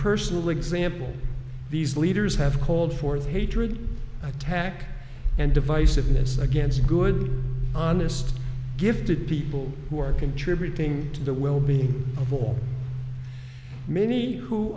personal example these leaders have called forth hatred i tack and divisiveness against good honest gifted people who are contributing to the well being of all many who